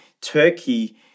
Turkey